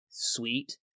sweet